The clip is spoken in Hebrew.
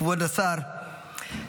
כבוד השר,